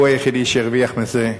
הוא היחידי שהרוויח מזה,